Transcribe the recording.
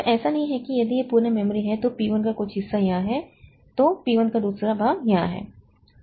तो ऐसा नहीं है कि यदि यह पूर्ण मेमोरी है तो P 1 का कुछ हिस्सा यहाँ है तो P 1 का दूसरा भाग यहाँ है